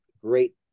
great